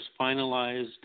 finalized